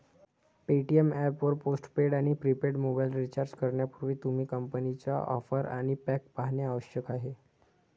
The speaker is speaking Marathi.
पेटीएम ऍप वर पोस्ट पेड आणि प्रीपेड मोबाइल रिचार्ज करण्यापूर्वी, तुम्ही कंपनीच्या ऑफर आणि पॅक पाहणे आवश्यक आहे